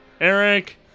Eric